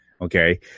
Okay